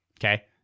okay